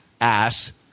ass